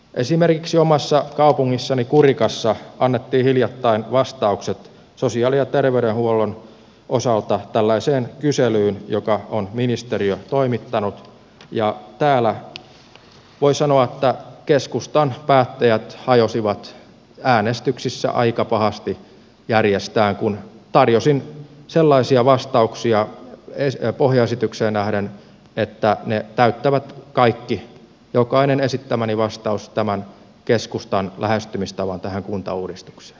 esimerkiksi omassa kaupungissani kurikassa annettiin hiljattain vastaukset sosiaali ja terveydenhuollon osalta tällaiseen kyselyyn jonka on ministeriö toimittanut ja voi sanoa että keskustan päättäjät hajosivat äänestyksissä aika pahasti järjestään kun tarjosin sellaisia vastauksia pohjaesitykseen nähden että ne täyttävät kaikki jokainen esittämäni vastaus tämän keskustan lähestymistavan tähän kuntauudistukseen